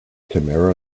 tamara